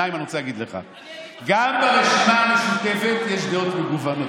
2. אני רוצה להגיד לך: גם ברשימה המשותפת יש דעות מגוונות,